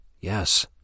Yes